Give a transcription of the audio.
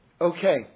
Okay